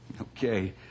Okay